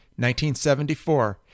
1974